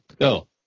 Go